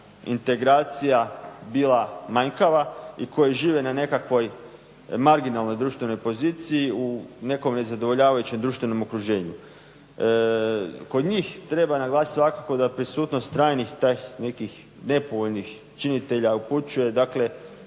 integracija bila manjkava i koji žive na nekakvoj marginalnoj društvenoj poziciji u nekom zadovoljavajućem društvenom okruženju. Kod njih treba naglasiti svakako da prisutnost trajnih nekih nepovoljnih činitelja upućuje na